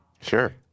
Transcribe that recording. Sure